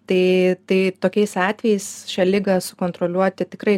tai tai tokiais atvejais šią ligą sukontroliuoti tikrai